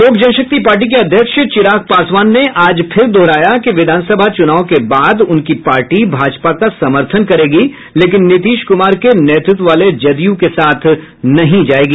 लोक जनशक्ति पार्टी के अध्यक्ष चिराग पासवान ने आज फिर दोहराया कि विधानसभा चूनाव के बाद उनकी पार्टी भाजपा का समर्थन करेगी लेकिन नीतीश कुमार के नेतृत्व वाले जदयू के साथ नहीं जाएगी